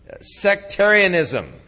sectarianism